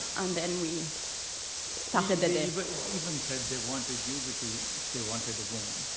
and then we started the day. but even said they wanted you, because they wanted a woman,